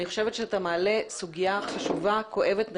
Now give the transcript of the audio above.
אני חושבת שאתה מעלה סוגיה חשובה, כואבת ונכונה.